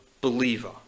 believer